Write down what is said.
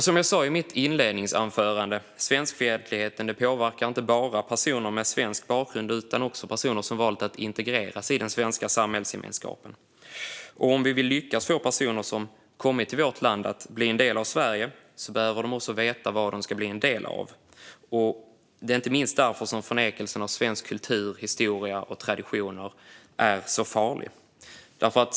Som jag sa i mitt inledningsanförande: Svenskfientligheten påverkar inte bara personer med svensk bakgrund utan också personer som har valt att integreras i den svenska samhällsgemenskapen. Om vi vill lyckas få personer som har kommit till vårt land att bli en del av Sverige behöver de veta vad de ska bli en del av. Det är inte minst därför som förnekelsen av svensk kultur och historia och svenska traditioner är så farlig.